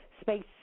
space